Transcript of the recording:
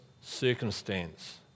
circumstance